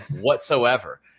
whatsoever